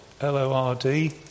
L-O-R-D